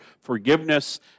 forgiveness